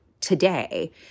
today